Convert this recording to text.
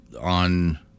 on